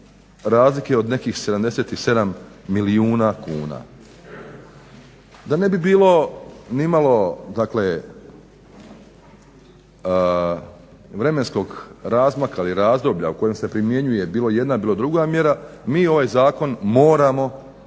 razlike od nekih 77 milijuna kuna. Da ne bi bilo nimalo vremenskog razdoblja ili razmaka u kojem se primjenjuje bilo jedna bilo druga mjera mi ovaj zakon moramo usvojiti